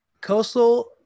coastal